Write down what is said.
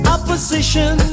Opposition